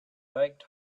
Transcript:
biked